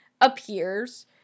appears